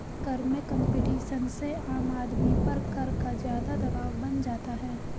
कर में कम्पटीशन से आम आदमी पर कर का ज़्यादा दवाब बन जाता है